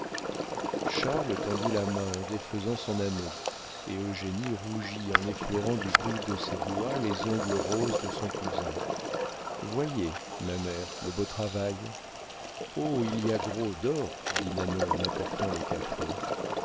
charles tendit la main en défaisant son anneau et eugénie rougit en effleurant du bout de ses doigts les ongles roses de son cousin voyez ma mère le beau travail oh il y a gros d'or dit nanon en apportant le café